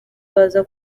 baza